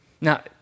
Now